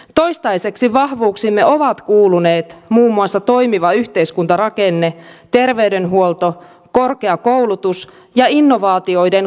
toistaiseksi vahvuuksiimme ovat kuuluneet muun muassa toimiva yhteiskuntarakenne terveydenhuolto korkea koulutus ja innovaatioiden korkea määrä